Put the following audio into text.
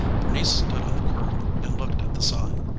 bernice stood on the curb and looked at the sign,